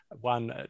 one